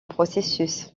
processus